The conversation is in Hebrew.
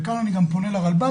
וכאן אני גם פונה לרלב"ד,